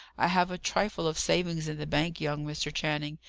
i have a trifle of savings in the bank, young mr. channing,